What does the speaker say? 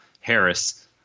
Harris